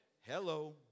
Hello